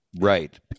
Right